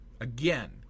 Again